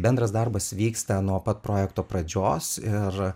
bendras darbas vyksta nuo pat projekto pradžios ir